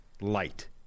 light